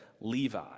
Levi